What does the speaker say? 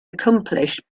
accomplished